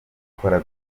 dukora